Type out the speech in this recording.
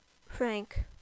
Frank